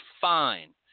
fine